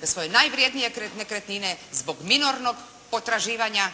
bez svoje najvrjednije nekretnine zbog minornog potraživanja,